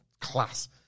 Class